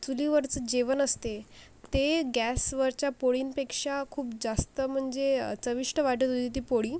चुलीवरचं जेवण असते ते गॅसवरच्या पोळींपेक्षा खूप जास्त म्हणजे चविष्ट वाटत होती ती पोळी